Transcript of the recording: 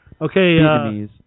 Okay